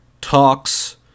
Talks